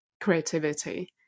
creativity